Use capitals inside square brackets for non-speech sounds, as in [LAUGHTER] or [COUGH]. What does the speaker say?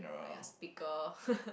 like a speaker [LAUGHS]